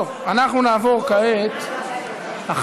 טוב, אנחנו נעבור כעת, יש לי הודעה אישית.